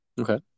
Okay